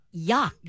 Yuck